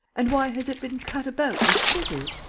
and why has it been cut about with scissors?